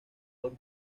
dos